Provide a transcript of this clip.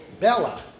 Bella